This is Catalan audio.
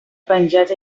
penjats